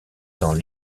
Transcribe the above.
dans